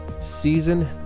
season